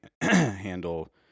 handle